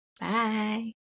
Bye